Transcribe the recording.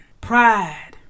pride